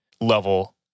level